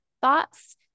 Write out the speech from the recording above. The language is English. thoughts